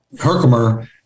Herkimer